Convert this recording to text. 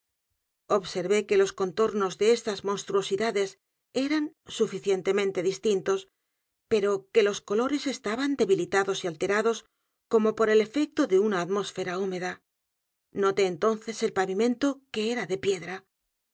observé que los contornos de estas monstruosidades eran suficientemente distintos pero que los colores estaban debilitados y alterados como por el efecto de una atmósfera húmeda noté entonces el pavimento que era de piedra